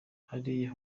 hariya